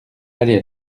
allez